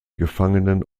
gefangenen